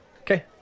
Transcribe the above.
okay